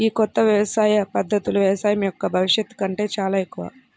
ఈ కొత్త వ్యవసాయ పద్ధతులు వ్యవసాయం యొక్క భవిష్యత్తు కంటే చాలా ఎక్కువ